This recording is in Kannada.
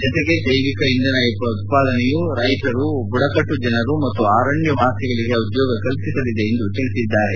ಜತೆಗೆ ಜೈವಿಕ ಇಂಧನ ಉತ್ಪಾದನೆಯು ರೈತರು ಬುಡಕಟ್ಟು ಜನರು ಹಾಗೂ ಅರಣ್ಯವಾಸಿಗಳಿಗೆ ಉದ್ಯೋಗ ಕಲ್ಪಿಸಲಿದೆ ಎಂದಿದ್ದಾರೆ